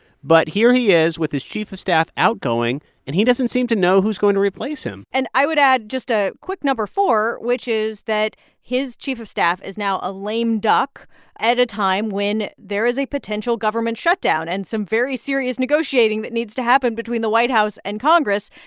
but here he is with his chief of staff outgoing and he doesn't seem to know who's going to replace him and i would add just a quick no. four, which is that his chief of staff is now a lame duck at a time when there is a potential government shutdown and some very serious negotiating that needs to happen between the white house and congress.